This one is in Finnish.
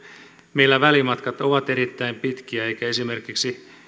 meillä välimatkat ovat erittäin pitkiä eikä esimerkiksi